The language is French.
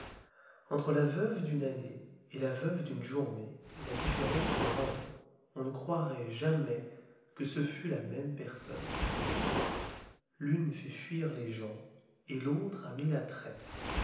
entre la veuve d'une année et la veuve d'une journée la différence est grande on ne croirait jamais que ce fût la môme personne l'une fait fuir les gens et l'autre a mille attraits